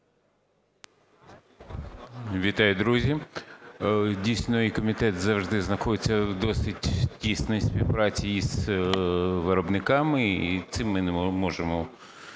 Вітаю, друзі! Дійсно, комітет завжди знаходиться в досить тісній співпраці із виробниками, і цим ми не можемо